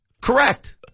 Correct